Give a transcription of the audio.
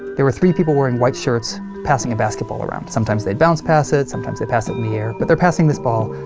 there were three people wearing white shirts passing a basketball around. sometimes they'd bounce pass it, sometimes they'd pass it in the air. but they're passing this ball,